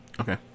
Okay